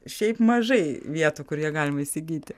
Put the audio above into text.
šiaip mažai vietų kur ją galima įsigyti